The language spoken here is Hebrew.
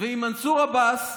ועם מנסור עבאס,